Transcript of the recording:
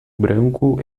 branco